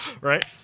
Right